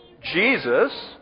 Jesus